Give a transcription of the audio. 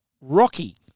Rocky